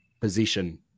position